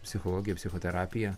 psichologija psichoterapija